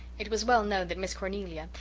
it was well known that miss cornelia,